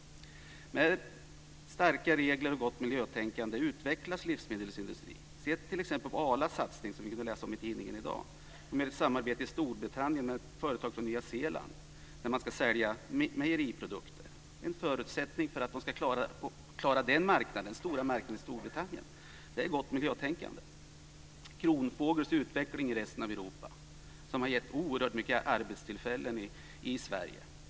Med starka regler och gott miljötänkande utvecklas livsmedelsindustrin. Man kan t.ex. se på Arlas satsning, som vi kunde läsa om i tidningen i dag, med ett samarbete i Storbritannien med företag från Nya Zeeland där man ska sälja mejeriprodukter. En förutsättning för att man ska klara den stora marknaden i Storbritannien är gott miljötänkande. Kronfågels utveckling i resten av Europa har gett oerhört många arbetstillfällen i Sverige.